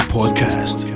Podcast